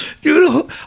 Dude